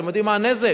אתם יודעים מה הנזק?